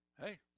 Hey